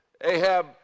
Ahab